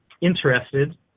interested